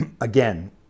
again